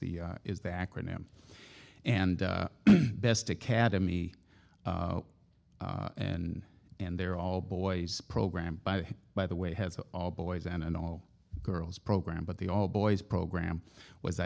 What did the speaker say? the is the acronym and best academy and and they're all boys program by by the way has an all boys and an all girls program but the all boys program was